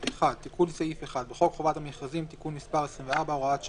1. תיקון סעיף 1. בחוק חובת המכרזים (תיקון מס' 24 הוראת שעה),